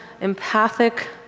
empathic